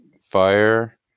fire